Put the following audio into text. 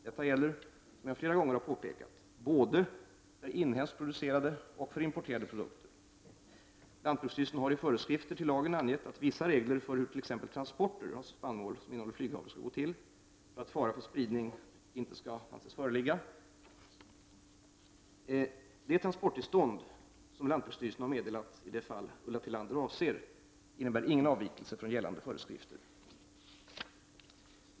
Detta gäller, som jag flera gånger har påpekat, både för inhemskt producerade och för importerade produkter. Lantbruksstyrelsen har i föreskrifter till lagen angett vissa regler för hur t.ex. transporter av spannmål som innehåller flyghavre skall gå till för att fara för spridning av flyghavre inte skall anses föreligga. Det transporttillstånd som lantbruksstyrelsen har meddelat i det fall Ulla Tillander avser innebär ingen avvikelse från gällande försiktighetskrav.